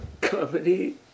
Comedy